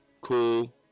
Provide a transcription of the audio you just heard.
cool